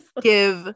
give